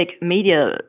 media